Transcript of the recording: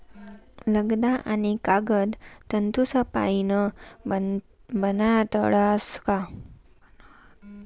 लगदा आणि कागद तंतूसपाईन बनाडतस का